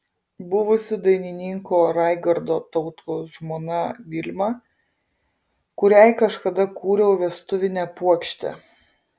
buvusi dainininko raigardo tautkaus žmona vilma kuriai kažkada kūriau vestuvinę puokštę